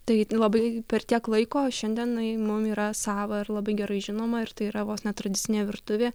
tai labai per tiek laiko šiandien jin mum yra sava ir labai gerai žinoma ir tai yra vos ne tradicinė virtuvė